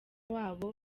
wabo